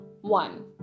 one